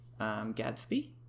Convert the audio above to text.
Gatsby